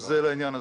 זה לעניין הזה.